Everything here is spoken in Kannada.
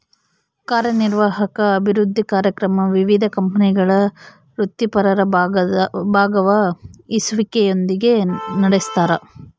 ಕಾರ್ಯನಿರ್ವಾಹಕ ಅಭಿವೃದ್ಧಿ ಕಾರ್ಯಕ್ರಮ ವಿವಿಧ ಕಂಪನಿಗಳ ವೃತ್ತಿಪರರ ಭಾಗವಹಿಸುವಿಕೆಯೊಂದಿಗೆ ನಡೆಸ್ತಾರ